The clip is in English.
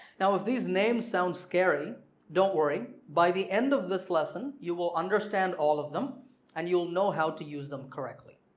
now if these names sound scary don't worry, by the end of this lesson you will understand all of them and you'll know how to use them correctly.